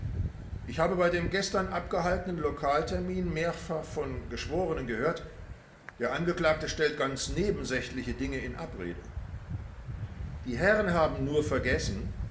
ich habe bei dem gestern abgehaltenen lokaltermin mehrfach von geschworenen gehört der angeklagte stellt ganz nebensächliche dinge in abrede die herren haben nur vergessen